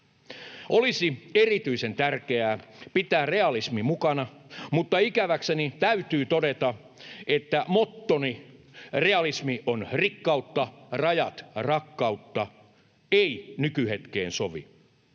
Olisi erityisen tärkeää pitää realismi mukana, mutta ikäväkseni täytyy todeta, että mottoni ”realismi on rikkautta, rajat rakkautta” ei nykyhetkeen sovi.